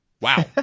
Wow